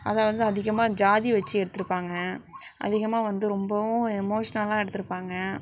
அதாவது அதிகமாக ஜாதி வச்சு எடுத்துருப்பாங்க அதிகமாக வந்து ரொம்பவும் எமோஷ்னலாக எடுத்துருப்பாங்க